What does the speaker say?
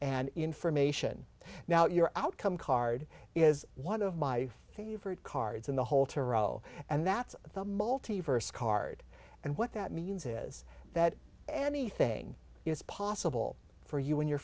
and information now you're outcome card is one of my favorite cards in the whole toronto and that's the multi verse card and what that means is that anything is possible for you in your